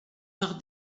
par